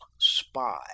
spy